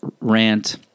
rant